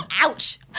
Ouch